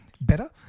better